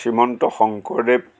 Srimanta Sankardev